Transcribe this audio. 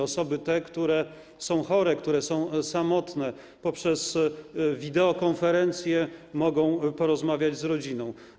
Osoby, które są chore, które są samotne poprzez wideokonferencje mogą porozmawiać z rodziną.